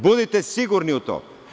Budite sigurni u to.